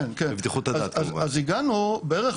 הגענו בערך